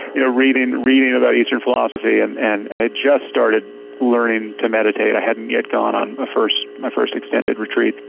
you know reading reading about eastern philosophy, and and i had just started learning to meditate. i hadn't yet gone on but my first extended retreat.